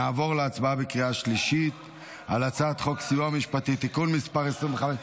נעבור להצבעה בקריאה שלישית על הצעת חוק הסיוע המשפטי (תיקון מס' 25)